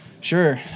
sure